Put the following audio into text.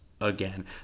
again